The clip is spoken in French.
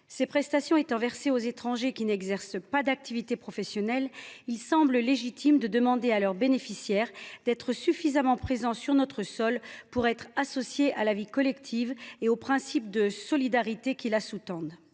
Ces prestations étant versées aux étrangers qui n’exercent pas d’activité professionnelle, il semble légitime de demander à leurs bénéficiaires d’être suffisamment présents sur notre sol pour être associés à la vie collective et aux principes de solidarité qui la sous tendent.